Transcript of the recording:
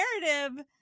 narrative